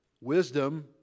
wisdom